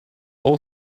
all